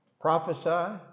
Prophesy